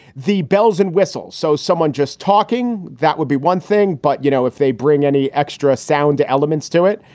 the bells and whistles. so someone just talking. that would be one thing. but, you know, if they bring any extra sound to elements to it,